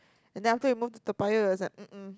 and then after that we moved to Toa-Payoh and it was like mm mm